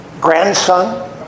grandson